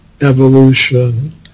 evolution